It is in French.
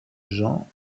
jean